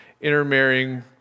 intermarrying